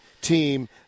team